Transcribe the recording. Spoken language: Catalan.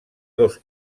dos